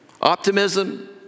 Optimism